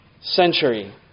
century